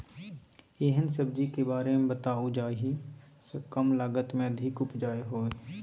एहन सब्जी के बारे मे बताऊ जाहि सॅ कम लागत मे अधिक उपज होय?